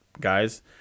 guys